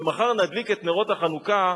כשמחר נדליק את נרות החנוכה,